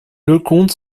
leconte